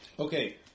Okay